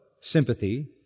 sympathy